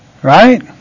Right